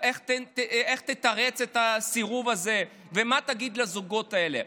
איך תתרץ את הסירוב הזה ומה תגיד לזוגות האלה.